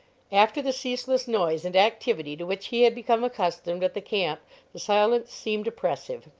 after the ceaseless noise and activity to which he had become accustomed at the camp the silence seemed oppressive,